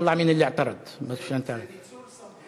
זה שהסתייג, יצא, רק שתדע.) זה ניצול סמכות.